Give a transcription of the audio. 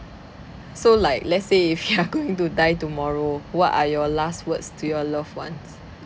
so like let's say if you are going to die tomorrow what are your last words to your loved ones